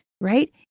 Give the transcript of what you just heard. right